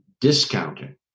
discounting